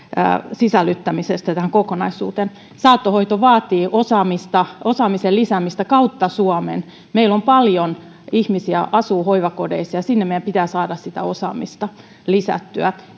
sisällyttämistä tähän kokonaisuuteen saattohoito vaatii osaamista osaamisen lisäämistä kautta suomen meillä paljon ihmisiä asuu hoivakodeissa ja sinne meidän pitää saada sitä osaamista lisättyä